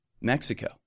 Mexico